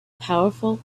powerful